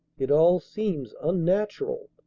it all seems unnatural,